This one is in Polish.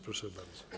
Proszę bardzo.